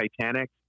Titanic